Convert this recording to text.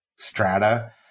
strata